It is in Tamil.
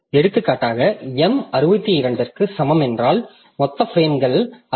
எடுத்துக்காட்டாக m 62ற்கு சமம் என்றால் மொத்த பிரேம்கள் 62